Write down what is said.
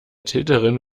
täterin